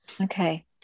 Okay